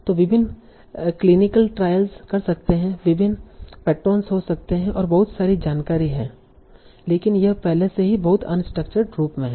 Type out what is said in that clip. तों विभिन्न clinical trials कर सकते हैं विभिन्न पैटरोंस हो सकते हैं और भी बहुत सारी जानकारी है लेकिन यह पहले से ही बहुत अनस्ट्रक्चरड रूप में है